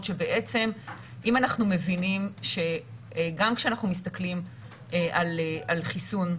שבעצם אם אנחנו מבינים שגם כשאנחנו מסתכלים על חיסון,